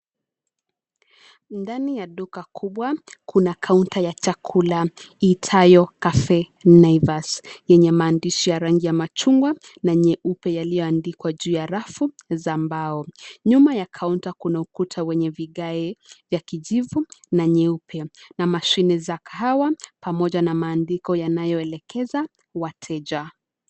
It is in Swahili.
Ndani ya duka kubwa, kuna kaunta ya chakula iitayo Cafe Naivas, yenye maandishi ya rangi ya machungwa na nyeupe yaliyoandikwa juu ya rafu za mbao. Nyuma ya kaunta kuna ukuta wenye vigae vya kijivu na nyeupe na mashine za kahawa pamoja na maandiko yanayoelekeza wateja.